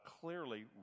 clearly